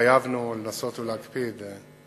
והתחייבנו לנסות ולהקפיד.